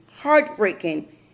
heartbreaking